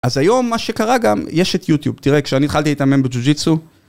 אז היום מה שקרה גם, יש את יוטיוב, תראה כשאני התחלתי להתאמן בג'וג'יטסו